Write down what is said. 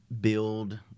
build